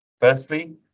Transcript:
Firstly